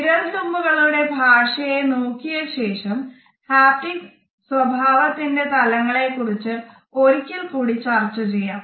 വിരൽതുമ്പുകളുടെ ഭാഷയെ നോക്കിയ ശേഷം ഹാപ്റ്റിക് സ്വഭാവത്തിന്റെ തലങ്ങളെ കുറിച്ച് ഒരിക്കൽ കൂടി ചർച്ച ചെയ്യാം